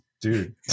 dude